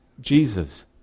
Jesus